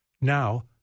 Now